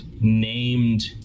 named